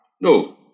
No